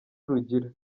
rugira